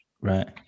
right